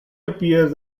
appears